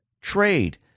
trade